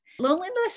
loneliness